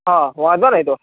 હાં વાંધો નઇ તો